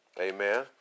Amen